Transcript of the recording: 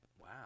wow